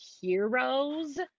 heroes